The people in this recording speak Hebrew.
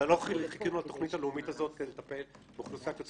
ואם לא הבהרתי את זה אני רוצה להגיד את זה פעם נוספת.